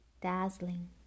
dazzling